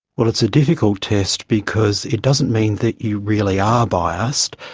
but it's a difficult test because it doesn't mean that you really are biased,